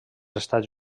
estats